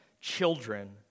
children